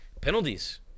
penalties